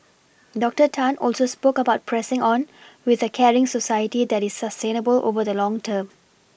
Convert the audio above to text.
doctor Tan also spoke about pressing on with a caring society that is sustainable over the long term